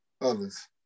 others